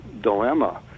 dilemma